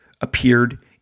appeared